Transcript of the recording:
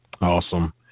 awesome